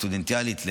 והסטודנטיאלית,